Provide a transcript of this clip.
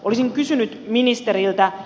olisin kysynyt ministeriltä